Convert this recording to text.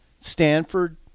Stanford